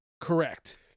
Correct